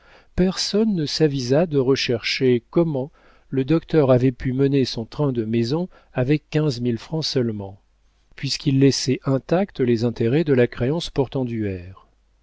personne ne s'avisa de rechercher comment le docteur avait pu mener son train de maison avec quinze mille francs seulement puisqu'il laissait intacts les intérêts de la créance portenduère